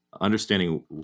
understanding